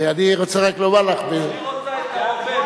אני רוצה רק לומר לך, לא, היא רוצה את ההווה.